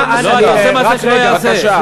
אתה עושה מעשה שלא ייעשה.